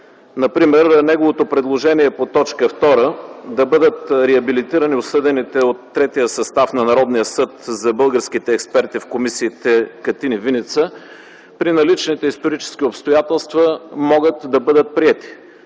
Например неговото предложение по т. 2 – да бъдат реабилитирани осъдените от Третия състав на Народния съд за българските експерти в комисиите Катин и Виница при наличните исторически обстоятелства, могат да бъдат приети.